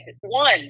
one